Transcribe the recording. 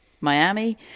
Miami